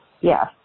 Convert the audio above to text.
Yes